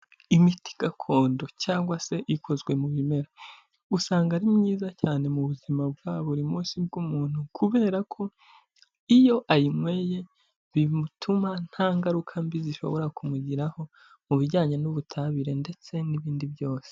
Imiti gakondo, cyangwa se ikozwe mu bimera, usanga ari myiza cyane mu buzima bwa buri munsi bw'umuntu kubera ko iyo ayinyweye bimutuma nta ngaruka mbi zishobora kumugiraho, mu bijyanye n'ubutabire ndetse n'ibindi byose.